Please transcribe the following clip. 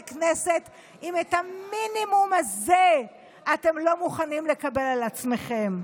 כנסת אם את המינימום הזה אתם לא מוכנים לקבל על עצמכם.